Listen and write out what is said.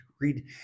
read